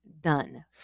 done